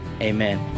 amen